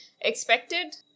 expected